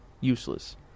Useless